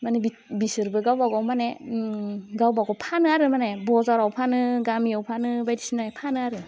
मानि बि बिसोरबो गावबा गाव मानि गावबा गाव फानो आरो मानि बजाराव फानो गामियाव फानो बायदिसिना फानो आरो